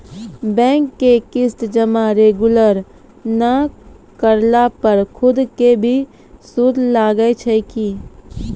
Bank के किस्त जमा रेगुलर नै करला पर सुद के भी सुद लागै छै कि?